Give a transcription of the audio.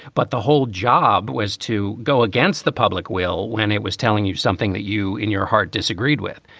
but the whole job was to go against the public will when it was telling you something that you in your heart disagreed with.